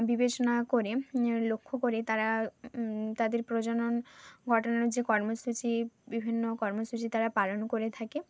বিবেচনা করে লক্ষ্য করে তারা তাদের প্রজনন ঘটানোর যে কর্মসূচি বিভিন্ন কর্মসূচি তারা পালন করে থাকে